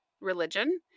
religion